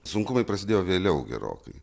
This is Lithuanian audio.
sunkumai prasidėjo vėliau gerokai